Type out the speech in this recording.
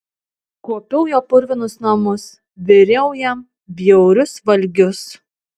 kuopiau jo purvinus namus viriau jam bjaurius valgius